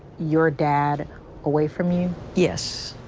your dad away from you, yes.